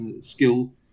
skill